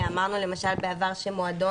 ואמרנו למשל בעבר שמועדון,